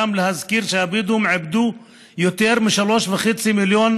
גם להזכיר שהבדואים עיבדו יותר מ-3.5 מיליון